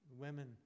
women